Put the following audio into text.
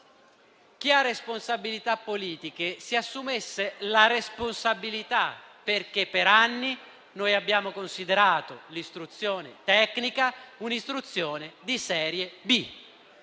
chi ha responsabilità politiche si assumesse la responsabilità, perché per anni noi abbiamo considerato quella tecnica un'istruzione di serie B.